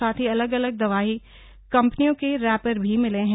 साथ ही अलग अलग दवाई कंपनियों के रैपर भी मिले हैं